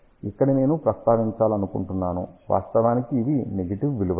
ఇక్కడ నేను ప్రస్తావించాలనుకుంటున్నాను వాస్తవానికి ఇవి నెగిటివ్ విలువలు